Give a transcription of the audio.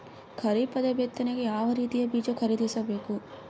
ಖರೀಪದ ಬಿತ್ತನೆಗೆ ಯಾವ್ ರೀತಿಯ ಬೀಜ ಖರೀದಿಸ ಬೇಕು?